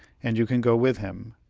and you can go with him.